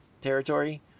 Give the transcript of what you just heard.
territory